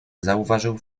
zauważył